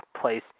place